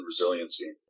resiliency